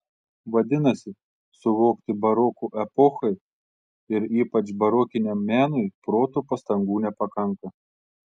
vadinasi suvokti baroko epochai ir ypač barokiniam menui proto pastangų nepakanka